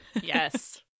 Yes